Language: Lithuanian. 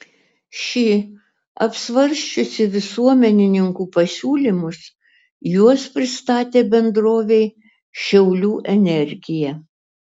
ši apsvarsčiusi visuomenininkų pasiūlymus juos pristatė bendrovei šiaulių energija